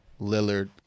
Lillard